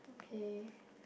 okay